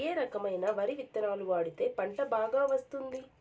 ఏ రకమైన వరి విత్తనాలు వాడితే పంట బాగా వస్తుంది?